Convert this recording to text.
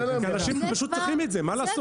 כי אנשים פשוט צריכים את זה, מה לעשות?